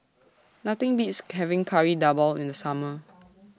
Nothing Beats having Kari Debal in The Summer